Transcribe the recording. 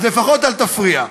אז לפחות אל תפריע.